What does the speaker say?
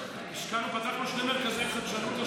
פתחנו שני מרכזי חדשנות השנה.